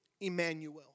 Emmanuel